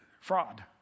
Fraud